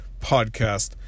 podcast